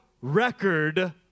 record